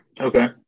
Okay